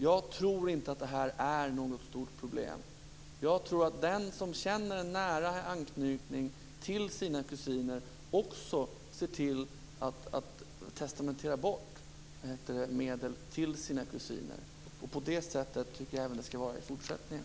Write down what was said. Jag tror inte att det här är något stort problem. Jag tror att den som känner nära anknytning till sina kusiner också ser till att testamentera bort medel till dem. På det sättet tycker jag att det skall vara även i fortsättningen.